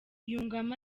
yungamo